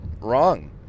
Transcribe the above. wrong